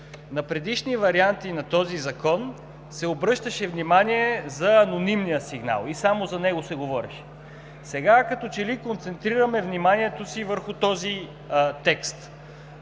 На предишни варианти на този закон се обръщаше внимание на анонимния сигнал и само за него се говореше. Сега като че ли концентрираме вниманието си върху този текст.